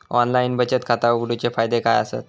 Online बचत खाता उघडूचे फायदे काय आसत?